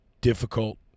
difficult